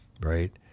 right